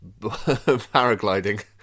paragliding